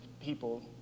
people